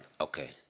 Okay